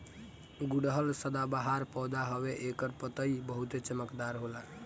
गुड़हल सदाबाहर पौधा हवे एकर पतइ बहुते चमकदार होला